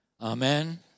Amen